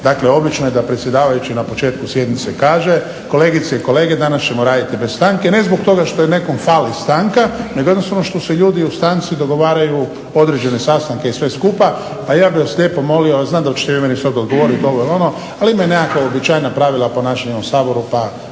Dakle, obično je da predsjedavajući na početku sjednice kaže kolegice i kolege danas ćemo raditi bez stanke, ne zbog toga što nekom fali stanka nego jednostavno što ljudi u stranci dogovaraju određene sastanke i sve skupa. Pa ja bih vas lijepo molio, a znam da ćete vi meni sada odgovoriti ovo ili ono, ali imaju nekakva uobičajena pravila ponašanja u Saboru pa